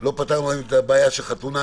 שלא פתרנו את הבעיה של חתונה